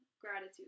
gratitude